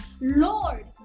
Lord